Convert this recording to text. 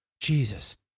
Jesus